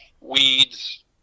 weeds